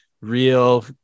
real